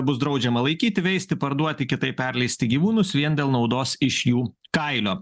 bus draudžiama laikyti veisti parduoti kitaip perleisti gyvūnus vien dėl naudos iš jų kailio